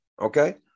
okay